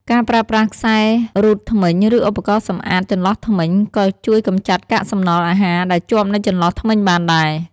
ការប្រើប្រាស់ខ្សែររូតធ្មេញ ឬឧបករណ៍សំអាតចន្លោះធ្មេញ ក៏ជួយកម្ចាត់កាកសំណល់អាហារដែលជាប់នៅចន្លោះធ្មេញបានដែរ។